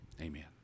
Amen